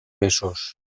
mesos